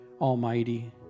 almighty